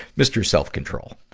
mr. self-control.